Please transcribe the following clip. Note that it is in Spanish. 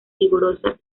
vigorosa